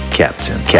captain